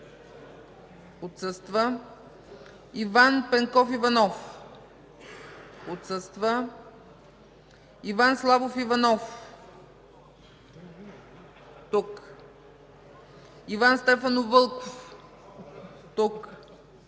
отсъства Иван Пенков Иванов- отсъства Иван Славов Иванов- тук Иван Стефанов Вълков- тук